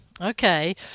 Okay